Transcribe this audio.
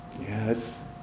Yes